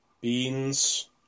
beans